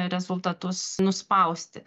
rezultatus nuspausti